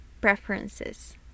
preferences